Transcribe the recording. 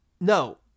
no